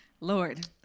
Lord